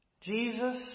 Jesus